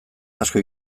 asko